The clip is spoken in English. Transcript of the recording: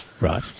Right